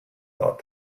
thought